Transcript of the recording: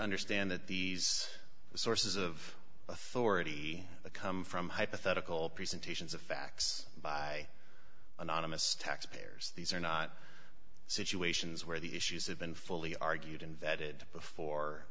understand that these sources of authority come from hypothetical presentations of facts by anonymous taxpayers these are not situations where the issues have been fully argued and vetted before